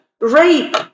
rape